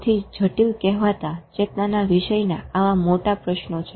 સૌથી જટિલ કહેવાતા ચેતનાના વિષયના આવા મોટા પ્રશ્નો છે